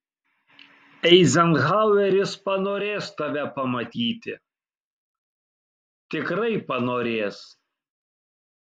eizenhaueris panorės tave pamatyti tikrai panorės